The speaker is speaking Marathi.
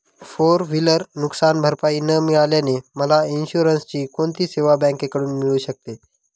फोर व्हिलर नुकसानभरपाई न मिळाल्याने मला इन्शुरन्सची कोणती सेवा बँकेकडून मिळू शकते?